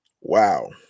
wow